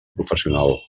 professional